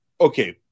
Okay